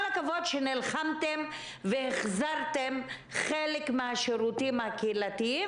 כל הכבוד על כך שנלחמתם והחזרתם חלק מהשירותים הקהילתיים.